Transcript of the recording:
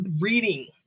reading